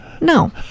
no